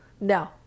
No